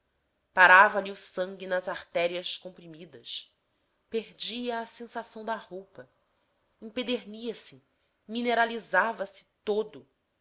gesso parava lhe o sangue nas artérias comprimidas perdia a sensação da roupa empedernia se mineralizava se todo